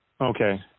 Okay